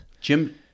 Jim